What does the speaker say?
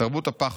"תרבות הפחד: